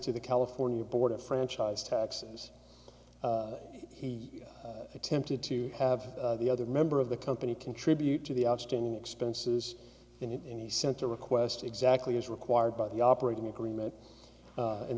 to the california border franchise taxes he attempted to have the other member of the company contribute to the outstanding expenses and he sent a request exactly as required by the operating agreement a